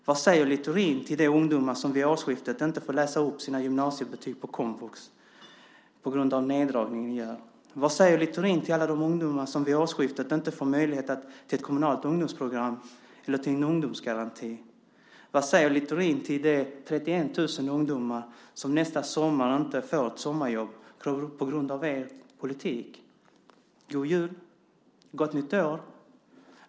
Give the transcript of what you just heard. Vad säger Littorin till de ungdomar som från årsskiftet inte får läsa upp sina gymnasiebetyg på komvux på grund av de neddragningar ni gör? Vad säger Littorin till alla de ungdomar som från årsskiftet inte får möjlighet till ett kommunalt ungdomsprogram eller till en ungdomsgaranti? Vad säger Littorin till de 31 000 ungdomar som nästa sommar inte får ett sommarjobb på grund av er politik - god jul och gott nytt år?